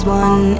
one